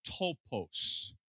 topos